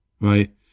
right